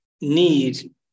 need